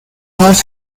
north